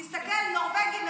תסתכל, נורבגים.